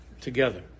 together